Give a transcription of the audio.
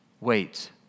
wait